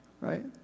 right